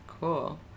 cool